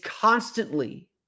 constantly